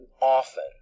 often